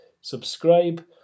subscribe